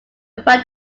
fight